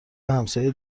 همسایه